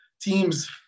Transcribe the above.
teams